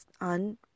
on